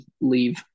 leave